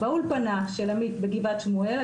באולפנה של עמי"ת בגבעת שמואל,